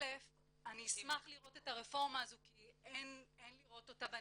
א' אני אשמח לראות את הרפורמה הזו כי אין לראות אותה בנמצא,